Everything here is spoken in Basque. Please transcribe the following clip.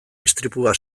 istripua